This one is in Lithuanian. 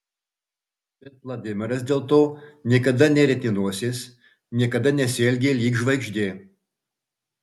bet vladimiras dėl to niekada nerietė nosies niekada nesielgė lyg žvaigždė